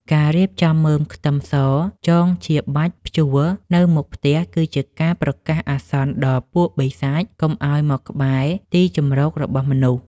ការរៀបចំមើមខ្ទឹមសចងជាបាច់ព្យួរនៅមុខផ្ទះគឺជាការប្រកាសអាសន្នដល់ពួកបិសាចកុំឱ្យមកក្បែរទីជម្រករបស់មនុស្ស។